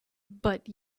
but